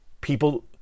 people